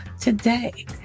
today